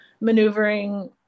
maneuvering